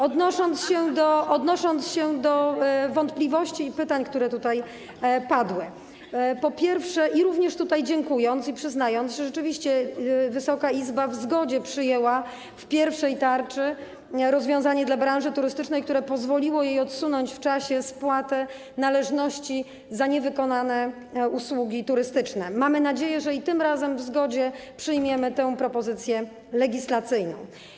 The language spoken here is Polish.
Odnosząc się do wątpliwości i pytań, które tutaj padły, jak również dziękując i przyznając, że rzeczywiście Wysoka Izba w zgodzie przyjęła w pierwszej tarczy rozwiązanie dla branży turystycznej, które pozwoliło jej odsunąć w czasie spłatę należności za niewykonane usługi turystyczne, mamy nadzieję, że i tym razem w zgodzie przyjmiemy tę propozycję legislacyjną.